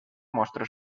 mostró